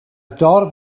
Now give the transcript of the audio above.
dorf